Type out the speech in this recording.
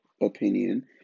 opinion